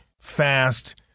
fast